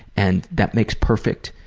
and that makes perfect,